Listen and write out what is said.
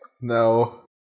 no